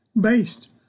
based